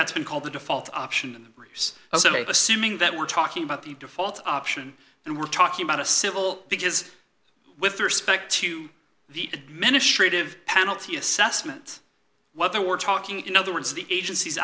that's been called the default option and reduce assuming that we're talking about the default option and we're talking about a civil because with respect to the administrative penalty assessment whether we're talking in other words the agencies